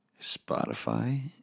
Spotify